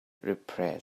repaired